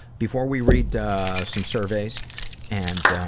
before we read some surveys and